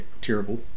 terrible